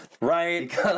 Right